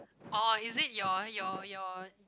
oh is it your your your